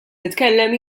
nitkellem